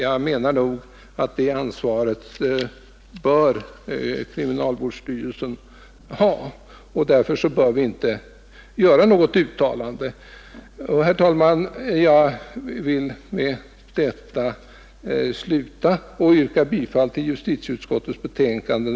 Jag menar nog att kriminalvårdsstyrelsen skall ha detta ansvar, och därför bör vi inte göra något uttalande. Herr talman! Jag vill med detta avsluta mitt anförande.